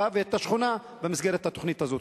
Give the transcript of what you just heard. השכונה במסגרת התוכנית הזאת?